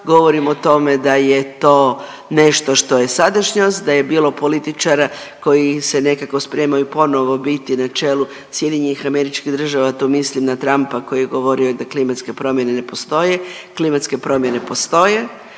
govorim o tome da je to nešto što je sadašnjost, da je bilo političara koji se nekako spremaju ponovo biti na čelu SAD-a, tu mislim na Trumpa koji je govorio da klimatske promjene ne postoje, klimatske promjene postoje,